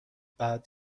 بعد